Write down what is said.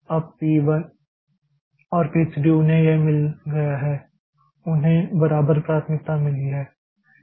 अब पी 1 और पी 3 उन्हें यह मिल गया है उन्हें बराबर प्राथमिकता मिली है